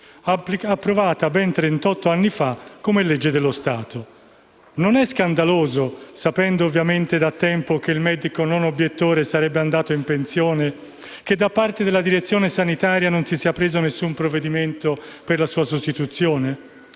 approvata ben 38 anni fa come legge dello Stato. Non è scandaloso, sapendo ovviamente da tempo che il medico non obiettore sarebbe andato in pensione, che da parte della direzione sanitaria non si sia preso alcun provvedimento per la sua sostituzione?